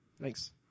Thanks